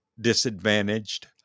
disadvantaged